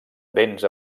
béns